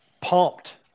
pumped